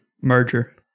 Merger